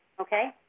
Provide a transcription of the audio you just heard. okay